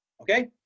okay